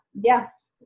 yes